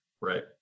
Right